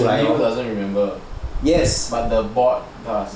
the nail doesn't remember but the board does